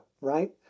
Right